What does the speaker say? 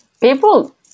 people